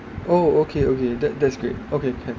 oh okay okay that that's great okay can